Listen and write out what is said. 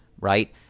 right